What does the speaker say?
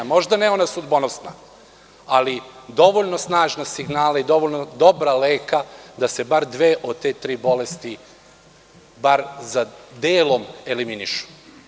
Možda ne ona sudbonosna, ali dovoljno snažne signale i dovoljno dobar lek da se bar dve od te tri bolesti barem delom eliminišu.